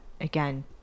again